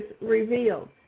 Revealed